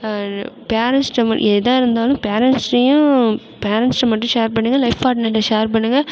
பேரென்ட்ஸ்கிட்ட எதாக இருந்தாலும் பேரென்ட்ஸ்கிட்டயும் பேரென்ட்ஸ் மட்டும் ஷேர் பண்ணுங்க லைஃப் பாட்னர்கிட்ட ஷேர் பண்ணுங்க